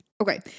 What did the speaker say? Okay